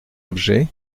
objet